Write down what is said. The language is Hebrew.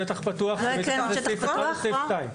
שטח פתוח זה בסעיף 1 או בסעיף 2?